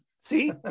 See